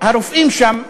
הרופאים שם,